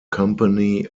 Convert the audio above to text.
company